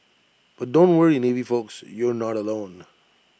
but don't worry navy folks you're not alone